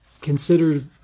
consider